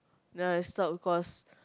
then I stop cause